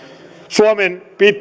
suomen pitää